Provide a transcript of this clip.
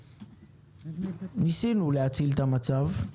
ניסינו להציל את המצב,